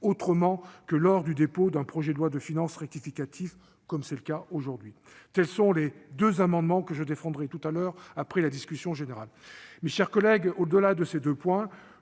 autrement que lors du dépôt d'un projet de loi de finances rectificative, comme c'est le cas aujourd'hui. Tels sont les deux amendements que je défendrai après la discussion générale. Mes chers collègues, au-delà de ces deux points,